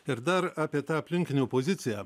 ir dar apie tą aplinkinių poziciją